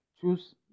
choose